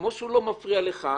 כמו שהוא לא מפריע לך,